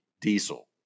diesel